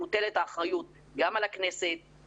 מי שכנראה אחראי לזה שמשרד החינוך אימץ את יוזמת השטח של יום המורה,